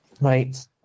Right